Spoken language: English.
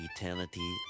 eternity